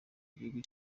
gihugu